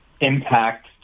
impact